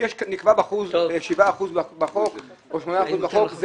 נקבעו 7 אחוזים בחוק או 8 אחוזים בחוק,